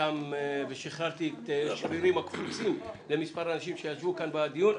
ושחררתי את השרירים הקפוצים למספר אנשים שישבו כאן בדיון,